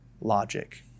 logic